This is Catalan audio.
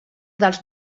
dels